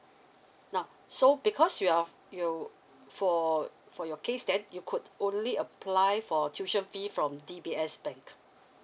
now so because you are you for for your case then you could only apply for tuition fee from D_B_S bank